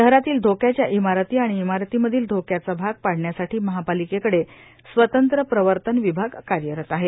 शहरातील धोक्याच्या इमारती आणि इमारतीमधील धोक्याचा भाग पाडण्यासाठी महापालिकेकडे स्वतंत्र प्रवर्तन विभाग कार्यरत आहे